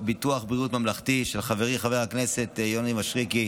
של חברי חבר הכנסת יוני מישרקי,